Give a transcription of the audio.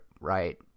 right